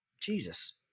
Jesus